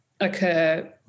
occur